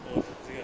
!whoa! 这个